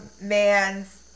man's